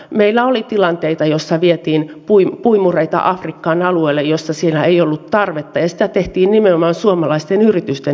meillä oli tilanteita joissa vietiin puimureita afrikkaan alueille joilla niille ei ollut tarvetta ja sitä tehtiin nimenomaan suomalaisten yritysten ehdoilla